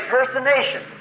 Impersonation